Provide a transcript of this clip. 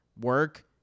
work